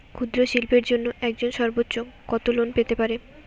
ক্ষুদ্রশিল্পের জন্য একজন সর্বোচ্চ কত লোন পেতে পারে?